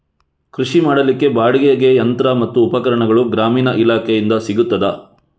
ಕೃಷಿ ಮಾಡಲಿಕ್ಕೆ ಬಾಡಿಗೆಗೆ ಯಂತ್ರ ಮತ್ತು ಉಪಕರಣಗಳು ಗ್ರಾಮೀಣ ಇಲಾಖೆಯಿಂದ ಸಿಗುತ್ತದಾ?